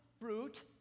fruit